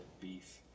Beef